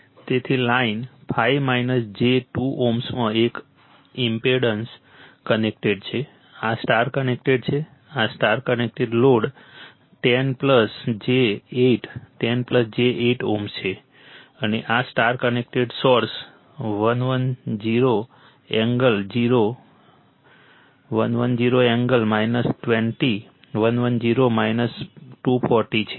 તેથી line 5 j 2 Ω માં એક ઇમ્પેડન્સ કનેક્ટેડ છે આ સ્ટાર કનેક્ટેડ છે આ star connected load 10 j 8 10 j 8 Ω છે અને આ star connected source 110 angle 0 110 angle 120 110 240 છે